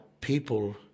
people